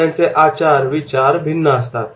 त्यांचे आचार विचार भिन्न असतात